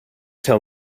tell